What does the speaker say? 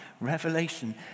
Revelation